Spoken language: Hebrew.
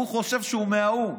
הוא חושב שהוא מהאו"ם.